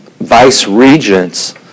vice-regents